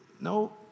no